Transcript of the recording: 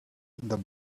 the